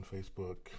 Facebook